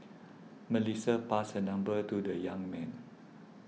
Melissa passed her number to the young man